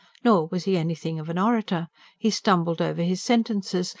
nor was he anything of an orator he stumbled over his sentences,